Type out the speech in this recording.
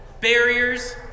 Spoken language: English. barriers